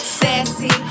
sassy